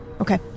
Okay